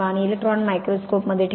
आणि electron microscope मध्ये ठेवा